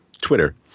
Twitter